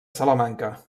salamanca